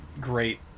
great